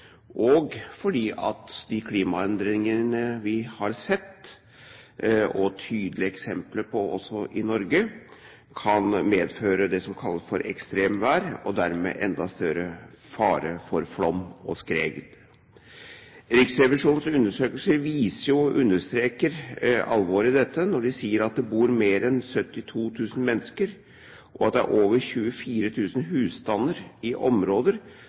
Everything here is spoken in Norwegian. og fordi de klimaendringene vi har sett tydelige eksempler på også i Norge, kan medføre det som kalles ekstremvær og dermed enda større fare for flom og skred. Riksrevisjonens undersøkelse viser – og understreker alvoret – at det bor mer enn 72 000 mennesker og er over 24 000 husstander i områder